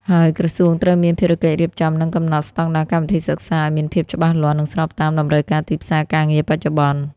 ហើយក្រសួងត្រូវមានភារកិច្ចរៀបចំ និងកំណត់ ស្តង់ដារកម្មវិធីសិក្សា ឱ្យមានភាពច្បាស់លាស់ និងស្របតាមតម្រូវការទីផ្សារការងារបច្ចុប្បន្ន។